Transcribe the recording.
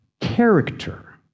character